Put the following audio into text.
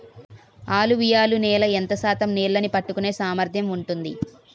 అలువియలు నేల ఎంత శాతం నీళ్ళని పట్టుకొనే సామర్థ్యం ఉంటుంది?